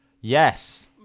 yes